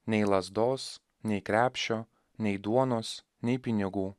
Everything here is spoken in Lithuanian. nei lazdos nei krepšio nei duonos nei pinigų